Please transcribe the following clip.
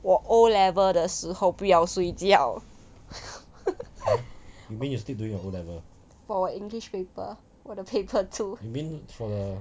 我 O level 的时候不要睡觉 for english paper 我的 paper two